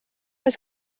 oes